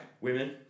Women